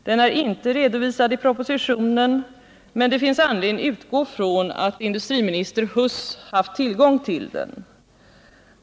Den är inte redovisad i propositionen, men det finns anledning utgå från att industriminister Huss har haft tillgång till den.